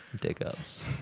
Dick-ups